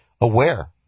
aware